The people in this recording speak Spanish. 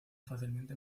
fácilmente